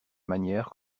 manière